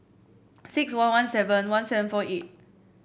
six one one seven one seven four eight